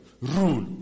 Rule